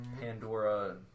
Pandora